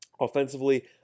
Offensively